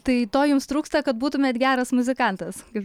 tai to jums trūksta kad būtumėt geras muzikantas kaip